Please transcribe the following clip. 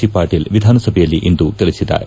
C Patil ಎಧಾನ ಸಭೆಯಲ್ಲಿಂದು ತಿಳಿಸಿದ್ದಾರೆ